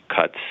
cuts